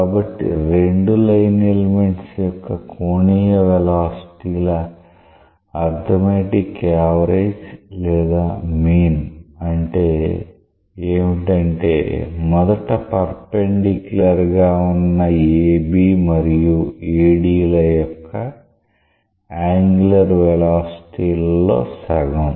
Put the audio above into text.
కాబట్టి రెండు line elements యొక్క కోణీయ వెలాసిటీలఅర్థమెటిక్ యావరేజ్ లేదా మీన్ అంటే ఏమిటంటే మొదట పర్ఫెన్దిక్యూలర్ గా ఉన్న AB మరియు AD ల యొక్క యాంగులర్ వెలాసిటీలలో లో సగం